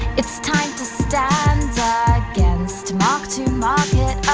it's time to stand against mark to market